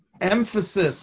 emphasis